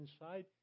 inside